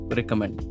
recommend